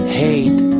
hate